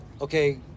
okay